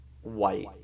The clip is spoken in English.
White